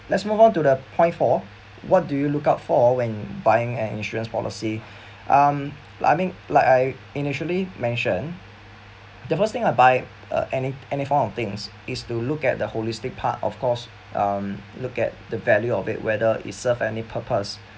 let's move on to the point four what do you look out for when buying an insurance policy um I mean like I initially mention the first thing I buy uh any any form things is to look at the holistic part of course um look at the value of it whether it serve any purpose